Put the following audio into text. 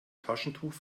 taschentuch